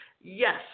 Yes